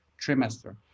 trimester